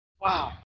Wow